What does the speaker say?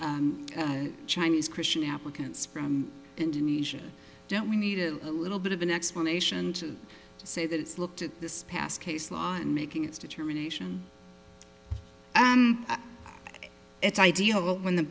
chinese christian applicants from indonesia don't we need a little bit of an explanation to say that it's looked at this past case law in making its determination its ideal when the